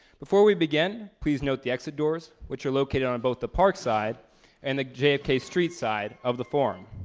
before we begin, please note the exit doors, which are located on both the park side and the jfk street side of the forum.